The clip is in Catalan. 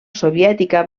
soviètica